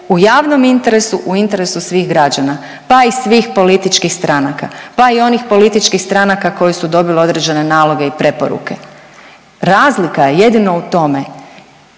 u javnom interesu u interesu svih građana, pa i svih političkih stranaka, pa i onih političkih stranaka koji su dobili određene naloge i preporuke. Razlika je jedino u tome